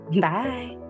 Bye